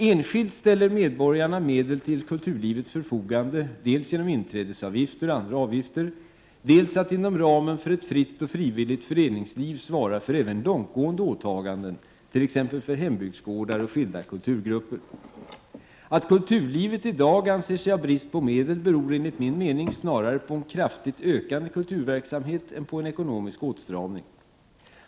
Enskilt ställer medborgarna medel till kulturlivets förfogande dels genom inträdesavgifter och andra avgifter, dels genom att inom ramen för ett fritt och frivilligt föreningsliv svara för även långtgående åtaganden, t.ex. för hembygdsgårdar och skilda kulturgrupper. Att kulturlivet i dag anser sig ha brist på medel beror enligt min mening snarare på en kraftigt ökande kulturverksamhet än på en ekonomisk åtstramning.